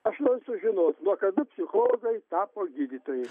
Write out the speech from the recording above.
aš noriu sužinot nuo kada psichologai tapo gydytojais